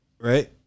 right